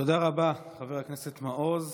תודה רבה, חבר הכנסת מעוז.